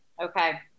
Okay